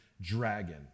dragon